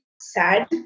sad